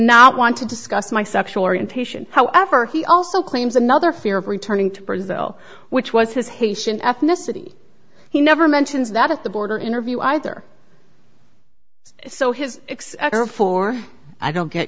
not want to discuss my sexual orientation however he also claims another fear of returning to brazil which was his haitian ethnicity he never mentions that at the border interview either so his ex for i don't get